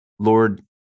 Lord